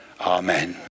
Amen